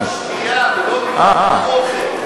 בגלל השתייה, לא בגלל האוכל.